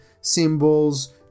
symbols